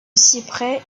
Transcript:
cyprès